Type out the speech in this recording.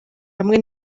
hamwe